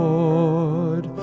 Lord